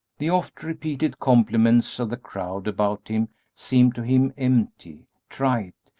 the oft-repeated compliments of the crowd about him seemed to him empty, trite,